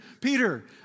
Peter